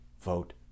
vote